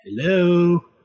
hello